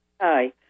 Hi